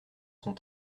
sont